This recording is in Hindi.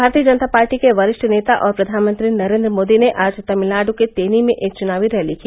भारतीय जनता पार्टी के वरिष्ठ नेता और प्रधानमंत्री नरेन्द्र मोदी ने आज तमिलनाड के तेनी में एक चुनावी रैली की